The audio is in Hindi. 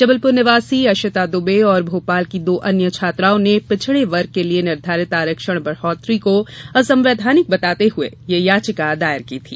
जबलपुर निवासी अशिता दुबे और भोपाल की दो अन्य छात्राओं ने पिछड़े वर्ग के लिए निर्धारित आरक्षण बढ़ोतरी को असंवैधानिक बताते हुए यह याचिका दायर की थी